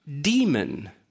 Demon